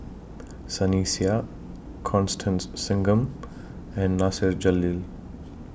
Sunny Sia Constance Singam and Nasir Jalil